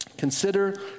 Consider